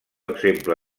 exemple